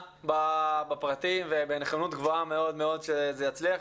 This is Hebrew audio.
בפרטים ובנכונות גבוהה מאוד שזה יצליח.